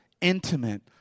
intimate